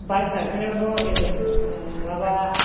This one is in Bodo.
बाइक गाखोनायावथ' हेल्मेट नङाबा